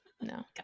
No